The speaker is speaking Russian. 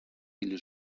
или